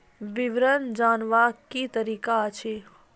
विवरण जानवाक की तरीका अछि?